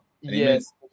Yes